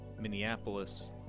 Minneapolis